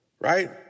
Right